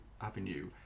avenue